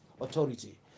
authority